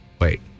Wait